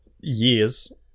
years